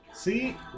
See